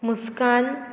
मुस्कान